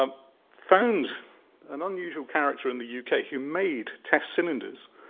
um found an unusual character in the u k. who made test cylinders.